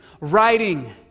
writing